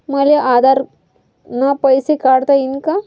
मले आधार न पैसे काढता येईन का?